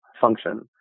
function